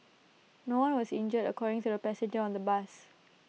no one was injured according to A passenger on the bus